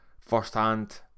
firsthand